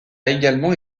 également